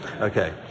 Okay